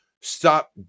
stop